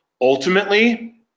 ultimately